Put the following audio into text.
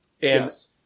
Yes